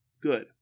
good